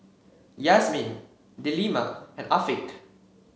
Yasmin Delima and Afiq